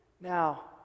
Now